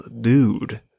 dude